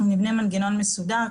אנחנו נבנה מנגנון מסודר,